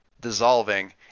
dissolving